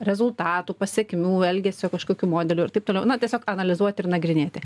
rezultatų pasekmių elgesio kažkokių modelių ir taip toliau na tiesiog analizuoti ir nagrinėti